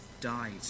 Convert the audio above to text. died